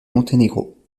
monténégro